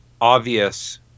obvious